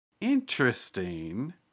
interesting